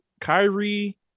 Kyrie